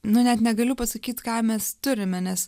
nu net negaliu pasakyt ką mes turime nes